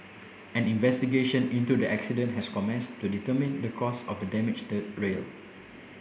an investigation into the accident has commenced to determine the cause of the damaged third rail